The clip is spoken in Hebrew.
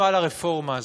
הרפורמה הזאת.